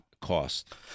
cost